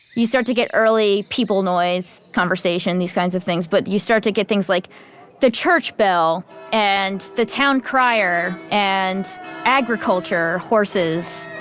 you start to get early people noise, conversation, these kinds of things but you start to get things like the church bell and the town crier and agriculture, horses,